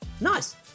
nice